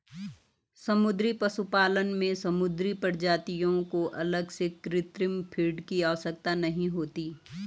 समुद्री पशुपालन में समुद्री प्रजातियों को अलग से कृत्रिम फ़ीड की आवश्यकता नहीं होती